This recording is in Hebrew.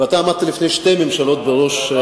ואתה אמרת לפני שתי ממשלות בראש,